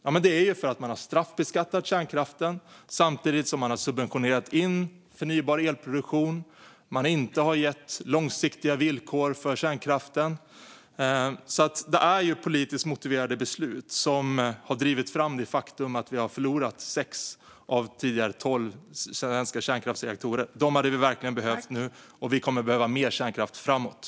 Detta beror ju på att man har straffbeskattat kärnkraften samtidigt som man har subventionerat in förnybar elproduktion och inte gett långsiktiga villkor för kärnkraften. Det är politiskt motiverade beslut som har drivit fram det faktum att vi har förlorat sex av de tidigare tolv svenska kärnkraftsreaktorerna. Dem hade vi verkligen behövt nu, och vi kommer att behöva mer kärnkraft framöver.